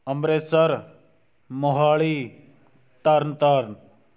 Amritsar Mohali Tarn Taran